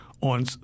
on